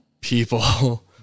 people